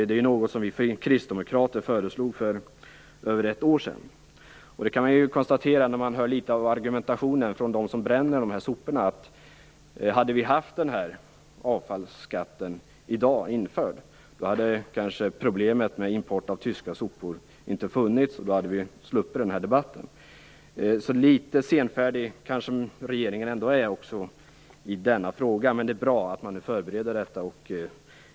Det är något som vi kristdemokrater föreslog för över ett år sedan. När man hör litet grand av argumentationen från dem som bränner dessa sopor kan man konstatera, att om vi haft denna avfallsskatt införd i dag hade kanske problemet med import av tyska sopor inte funnits, och då hade vi sluppit den här debatten. Litet senfärdig kanske regeringen är även i denna fråga. Men det är bra att man nu förbereder detta.